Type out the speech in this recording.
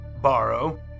borrow